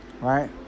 right